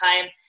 time